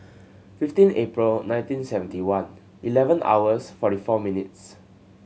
fifteen April nineteen seventy one eleven hours forty four minutes